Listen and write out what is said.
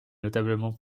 notablement